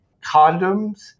condoms